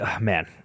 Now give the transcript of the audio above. man